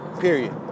period